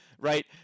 Right